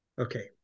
Okay